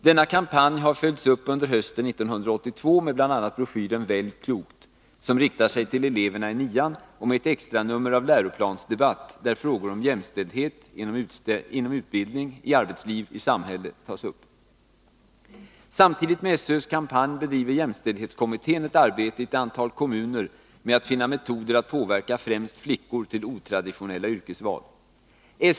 Denna kampanj har följts upp under hösten 1982 med bl.a. broschyren Välj klokt!, som riktar sig till eleverna i 9:an, och med ett extranummer av Läroplansdebatt, där frågor om jämställdhet inom utbildning, i arbetsliv och i samhälle tas upp. Samtidigt med SÖ:s kampanj bedriver jämställdhetskommittén ett arbete i ett antal kommuner med att finna metoder att påverka främst flickor till otraditionella yrkesval.